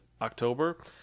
october